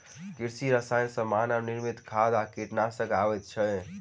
कृषि रसायन मे मानव निर्मित खाद आ कीटनाशक अबैत अछि